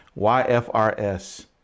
YFRS